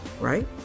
right